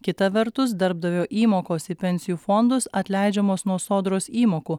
kita vertus darbdavio įmokos į pensijų fondus atleidžiamos nuo sodros įmokų